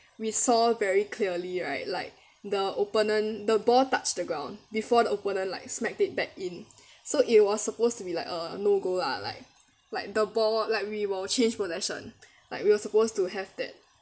we saw very clearly right like the opponent the ball touched the ground before the opponent like smacked it back in so it was supposed to be like a no goal lah like like the ball like we will change possession like we were supposed to have that